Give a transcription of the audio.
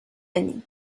annie